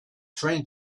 train